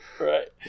right